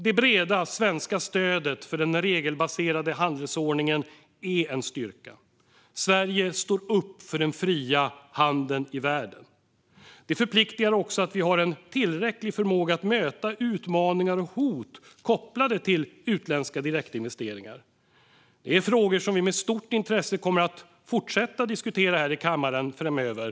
Det breda svenska stödet för den regelbaserade handelsordningen är en styrka. Sverige står upp för den fria handeln i världen. Det förpliktar också att vi har en tillräcklig förmåga att möta utmaningar och hot kopplade till utländska direktinvesteringar. Detta är frågor som vi med stort intresse kommer att fortsätta diskutera här i kammaren framöver.